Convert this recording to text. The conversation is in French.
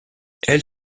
elle